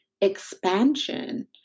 expansion